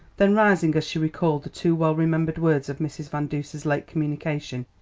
then rising as she recalled the too well-remembered words of mrs. van duser's late communication.